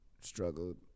struggled